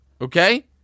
Okay